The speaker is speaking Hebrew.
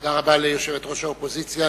תודה רבה ליושבת-ראש האופוזיציה.